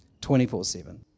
24-7